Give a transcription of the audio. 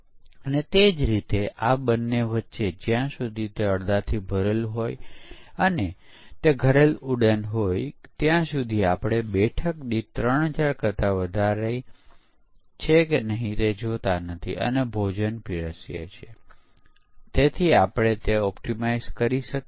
ઉદાહરણ તરીકે embedded control એપ્લિકેશનો જ્યાં ખૂબ વધુ વિશ્વસનીયતા જરૂરી છે અને પહેલાથી જ એક સોલ્યુશન લાગુ કરેલ શકે છે અને આપણે તેમાં નાનો ફેરફાર કરવો છે તો આપણે V મોડેલનો ઉપયોગ કરીશું